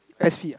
S_P ah